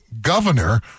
governor